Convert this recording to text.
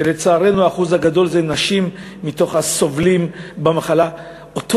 ולצערנו האחוז הגדול מתוך הסובלים מהמחלה זה נשים,